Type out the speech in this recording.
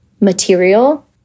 material